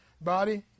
body